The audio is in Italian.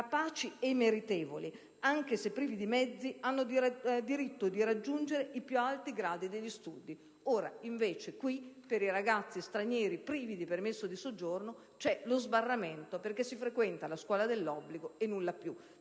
capaci ed i meritevoli, anche se privi di mezzi, hanno diritto di raggiungere i più alti gradi negli studi. In questo caso, per i ragazzi stranieri privi di permesso di soggiorno c'è invece uno sbarramento; si frequenta la scuola dell'obbligo e nulla più.